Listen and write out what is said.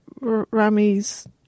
Rami's